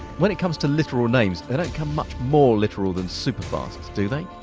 when it comes to literal names, they don't come much more literal than superfast, do they?